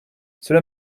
cela